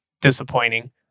disappointing